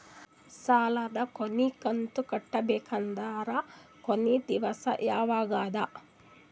ಸಾಲದ ಕೊನಿ ಕಂತು ಕಟ್ಟಬೇಕಾದರ ಕೊನಿ ದಿವಸ ಯಾವಗದ?